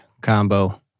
combo